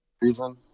reason